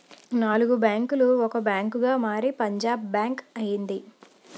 నాలుగు బ్యాంకులు ఒక బ్యాంకుగా మారి పంజాబ్ బ్యాంక్ అయింది